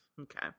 Okay